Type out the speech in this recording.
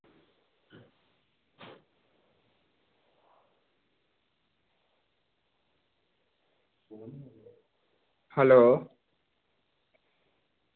hello